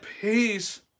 peace